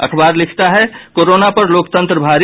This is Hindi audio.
अखबार लिखता है कोरोना पर लोकतंत्र भारी